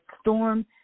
storm